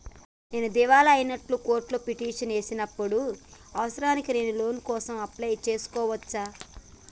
నేను దివాలా అయినట్లు కోర్టులో పిటిషన్ ఏశిన ఇప్పుడు అవసరానికి నేను లోన్ కోసం అప్లయ్ చేస్కోవచ్చా?